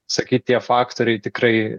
sakyt tie faktoriai tikrai